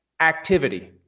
activity